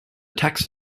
text